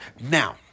Now